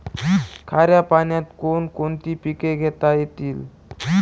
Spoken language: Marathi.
खाऱ्या पाण्यात कोण कोणती पिके घेता येतील?